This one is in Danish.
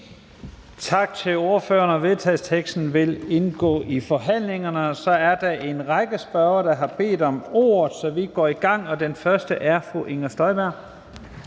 Tak til ordføreren. Vedtagelsesteksten vil indgå i forhandlingerne. Så er der en række spørgere, der har bedt om ordet, så vi går i gang, og den første er fru Inger Støjberg.